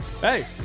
Hey